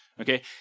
okay